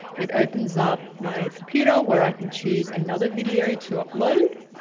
it opens up, my computer, where i can choose another video to upload.